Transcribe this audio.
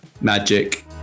Magic